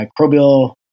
microbial